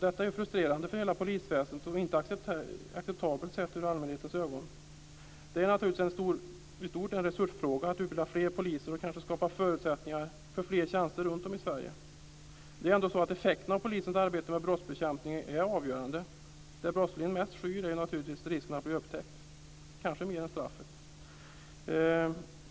Detta är ju frustrerande för hela polisväsendet och inte acceptabelt sett med allmänhetens ögon. Det är naturligtvis i stort en resursfråga att utbilda fler poliser och skapa förutsättningar för fler tjänster runtom i Sverige. Effekten av polisens arbete med brottsbekämpningen är avgörande. Det som brottslingen mest skyr är naturligtvis risken att bli upptäckt, kanske mer än straffet.